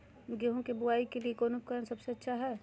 गेहूं के बुआई के लिए कौन उपकरण सबसे अच्छा है?